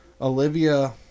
Olivia